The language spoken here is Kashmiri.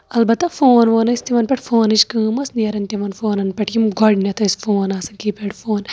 اَلبتہ فون وون ٲسۍ تِمن پٮ۪ٹھ فونٕچ کٲم ٲسۍ نیران تِمن فونن پٮ۪ٹھ یِم گۄڈٕنیٚتھ ٲسۍ فون آسان کیپیڈ فون